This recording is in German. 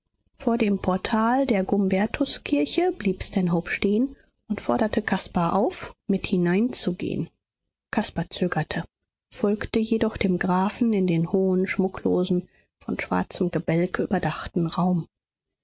vor dem portal der gumbertuskirche blieb stanhope stehen und forderte caspar auf mit hineinzugehen caspar zögerte folgte jedoch dem grafen in den hohen schmucklosen von schwarzem gebälk überdachten raum